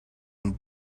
and